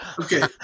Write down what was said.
Okay